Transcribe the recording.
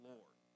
Lord